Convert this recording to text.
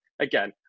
again